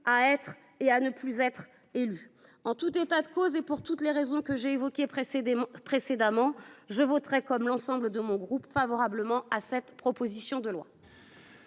à être et à ne plus être élu. En tout état de cause et pour toutes les raisons que j’ai invoquées, je voterai, comme l’ensemble de mon groupe, cette proposition de loi.